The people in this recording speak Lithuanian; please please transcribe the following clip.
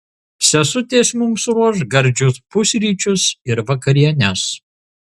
sesutės mums ruoš gardžius pusryčius ir vakarienes